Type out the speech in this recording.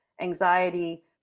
anxiety